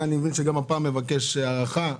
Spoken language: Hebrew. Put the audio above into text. שגם הפעם מבקר המדינה מבקש הארכה.